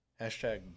Hashtag